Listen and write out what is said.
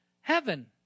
heaven